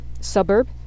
suburb